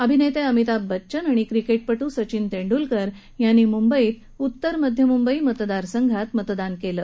अभिनेते अमिताभ बच्चन आणि क्रिकेटपट्र सचिन तेंडुलकर यांनी मुंबई उत्तर मध्य मतदारसंघात मतदान केलं